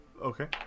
okay